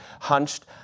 hunched